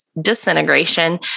disintegration